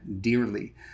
dearly